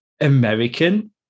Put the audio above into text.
American